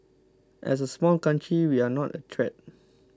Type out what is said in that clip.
as a small country we are not a threat